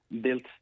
built